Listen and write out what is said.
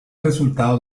resultado